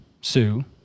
Sue